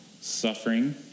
suffering